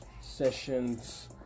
sessions